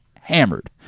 hammered